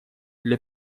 для